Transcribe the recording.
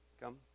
come